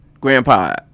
grandpa